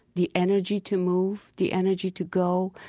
the energy to move, the energy to go,